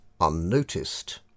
unnoticed